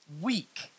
weak